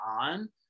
on